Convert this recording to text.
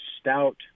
stout